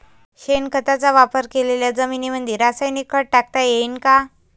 शेणखताचा वापर केलेल्या जमीनीमंदी रासायनिक खत टाकता येईन का?